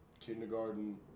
kindergarten